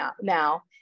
now